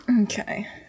Okay